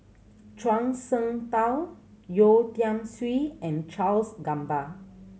Zhuang Shengtao Yeo Tiam Siew and Charles Gamba